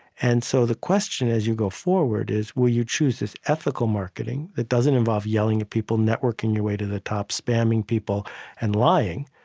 and so the question as you go forward is will you chose this ethical marketing that doesn't involve yelling at people, networking your way to the top, spamming people and lying?